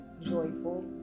joyful